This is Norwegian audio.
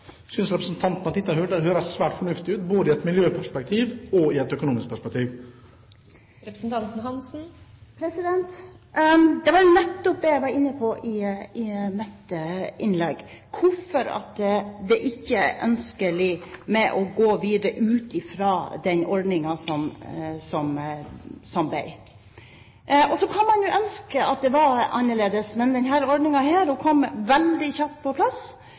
representanten Lillian Hansen er følgende: Synes representanten at dette høres fornuftig ut, i et miljøperspektiv og i et økonomisk perspektiv? Det var nettopp det jeg var inne på i mitt innlegg – hvorfor det ikke er ønskelig å gå videre, ut fra den ordningen som ble. Så kan man ønske at det var annerledes. Men denne ordningen kom veldig kjapt på plass,